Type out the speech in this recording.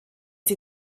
sie